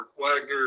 Wagner